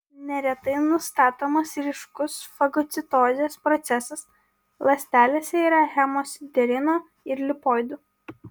neretai nustatomas ryškus fagocitozės procesas ląstelėse yra hemosiderino ir lipoidų